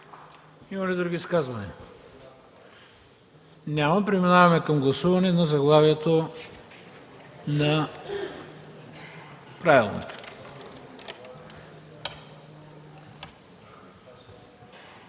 Има ли други изказвания? Няма. Преминаваме към гласуване на заглавието на правилника.